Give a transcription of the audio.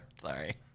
Sorry